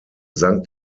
sank